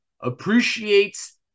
appreciates